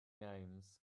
names